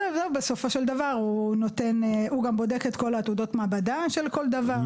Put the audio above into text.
בסופו של דבר הוא גם בודק את כל תעודות המעבדה של כל דבר,